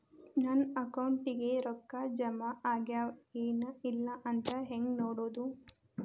ನಮ್ಮ ಅಕೌಂಟಿಗೆ ರೊಕ್ಕ ಜಮಾ ಆಗ್ಯಾವ ಏನ್ ಇಲ್ಲ ಅಂತ ಹೆಂಗ್ ನೋಡೋದು?